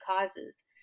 causes